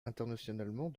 internationalement